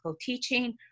teaching